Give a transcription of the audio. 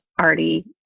already